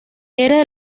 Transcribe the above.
era